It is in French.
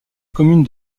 commune